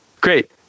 great